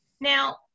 Now